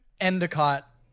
Endicott